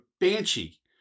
Banshee